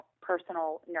personal